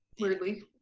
Weirdly